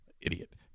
idiot